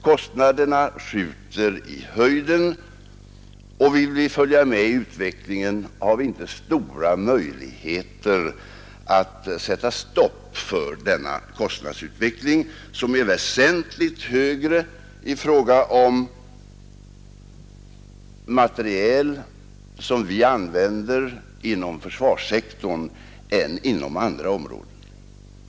Kostnaderna skjuter i höjden, och om vi vill följa med har vi inte stora möjligheter att sätta stopp för denna kostnadsutveckling, som är väsentligt snabbare i fråga om sådan materiel som vi använder inom försvarssektorn än i fråga om materiel som används inom andra områden.